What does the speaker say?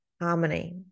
harmony